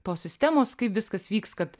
tos sistemos kaip viskas vyks kad